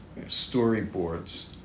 storyboards